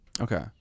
Okay